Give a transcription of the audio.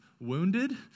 wounded